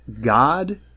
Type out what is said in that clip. God